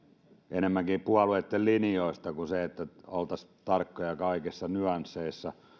enemmänkin puolueitten linjoista kuin siitä että oltaisiin tarkkoja kaikissa nyansseissa